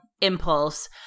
impulse